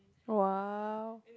!wow!